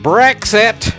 Brexit